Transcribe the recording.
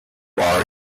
are